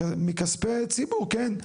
מכספי הציבור, כן?